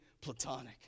platonic